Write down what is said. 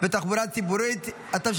כרטיס בתחבורה ציבורית (תיקוני חקיקה),